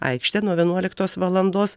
aikštę nuo vienuoliktos valandos